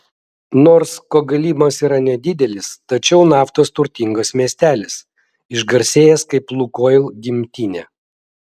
nors kogalymas yra nedidelis tačiau naftos turtingas miestelis išgarsėjęs kaip lukoil gimtinė